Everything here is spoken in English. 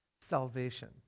salvation